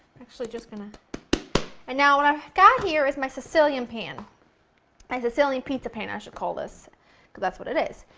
actually just. and now what i've got here is my sicilian pan my sicilian pizza pan i should call this, because that's what it is.